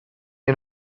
and